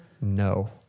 No